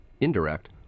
indirect